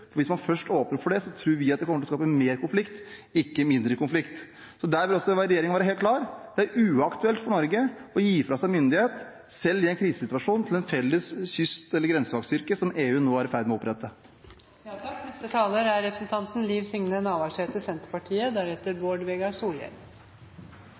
grenser. Hvis man først åpner for det, tror vi at det kommer til å skape mer konflikt, ikke mindre konflikt, så der bør regjeringen være helt klar. Det er uaktuelt for Norge å gi fra seg myndighet – selv i en krisesituasjon – til en felles kyst- og grensevakt, som EU nå er i ferd med å opprette. Det er